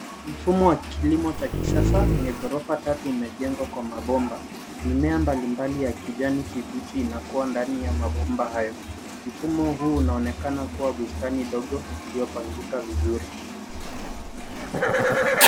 Mfumo wa kilimo cha kisasa wenye ghorofa tatu umejengwa kwa mabomba. Mimea mbalimbali ya kijani kibichi inakua ndani ya mabomba hayo. Mfumo huu unaonekana kuwa bustani ndogo iliopangika vizuri.